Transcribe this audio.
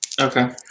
Okay